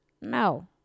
no